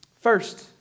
First